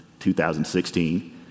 2016